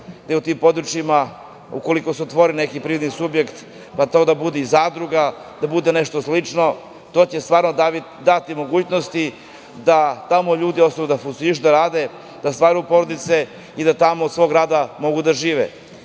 U tim područjima, ukoliko se otvori neki privredni subjekt, pa bilo to i zadruga ili nešto slično, to će stvarno dati mogućnosti da tamo ljudi ostanu, da funkcionišu, da rade, da stvaraju porodice i da tamo mogu od svog rada da žive. Kao